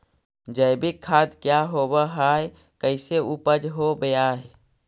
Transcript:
जैविक खाद क्या होब हाय कैसे उपज हो ब्हाय?